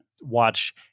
Watch